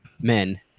men